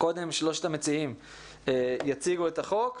קודם שלושת המציעים יציגו את החוק,